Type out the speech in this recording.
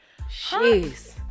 Jeez